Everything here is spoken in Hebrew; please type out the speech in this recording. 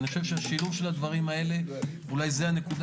אני חושב ששילוב של הדברים האלה אולי זו הנקודה